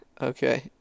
Okay